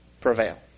prevail